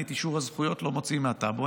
אני את אישור הזכויות לא מוציא מהטאבו,